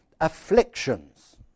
afflictions